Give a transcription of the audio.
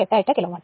88 kilowatt